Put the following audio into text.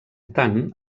tant